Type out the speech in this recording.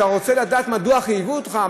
כשאתה רוצה לדעת מדוע חייבו אותך,